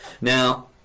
Now